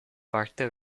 parte